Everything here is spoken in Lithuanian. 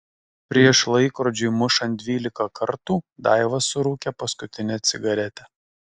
prieš laikrodžiui mušant dvylika kartų daiva surūkė paskutinę cigaretę